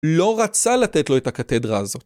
לא רצה לתת לו את הקתדרה הזו.